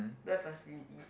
the facility